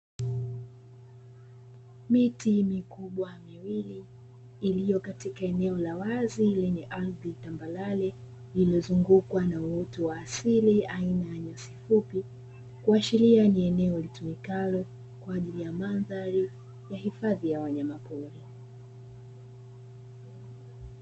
Miti mikubwa miwili iliyo katika eneo la wazi yenye ardhi tambalale inazungukwa na utu wa asili wa sheria ni eneo kwa niaba yahifadhi ya wanyamapori.